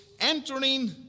entering